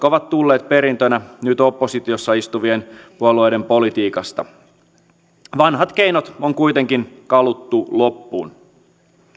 ovat tulleet perintönä nyt oppositiossa istuvien puolueiden politiikasta vanhat keinot on kuitenkin kaluttu loppuun